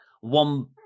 one